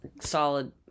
Solid